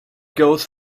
goes